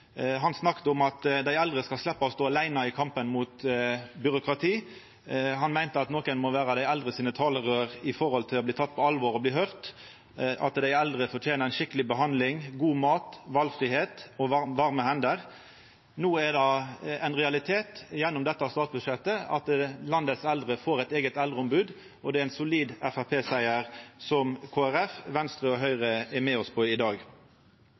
Han snakka om at dei eldre skulle sleppa å stå aleine i kampen mot byråkratiet. Han meinte at nokon måtte væra talerøyr for dei eldre, slik at dei blir tekne på alvor og blir høyrde, og at dei eldre fortener ei skikkeleg behandling, god mat, valfridom og varme hender. No er det ein realitet gjennom dette statsbudsjettet. Landets eldre får eit eige eldreombod, og det er ein solid Framstegsparti-siger som Kristeleg Folkeparti, Venstre og Høgre er med oss på i dag.